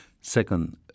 Second